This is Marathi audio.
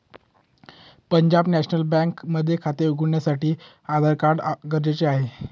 पंजाब नॅशनल बँक मध्ये खाते उघडण्यासाठी आधार कार्ड गरजेचे आहे